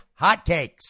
hotcakes